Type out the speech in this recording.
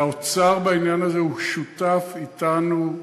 והאוצר בעניין הזה שותף אתנו.